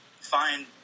find